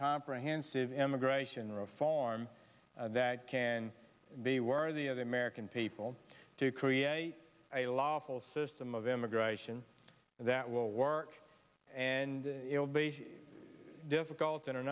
comprehensive immigration reform that can be worthy of the american people to create a lawful system of immigration that will work and it will be difficult in a